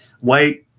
white